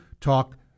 talk